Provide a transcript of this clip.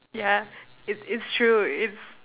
yeah it it's true it's